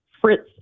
Fritz